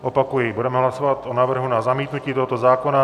Opakuji, budeme hlasovat o návrhu na zamítnutí tohoto zákona.